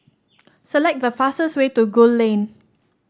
select the fastest way to Gul Lane